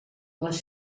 les